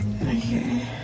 Okay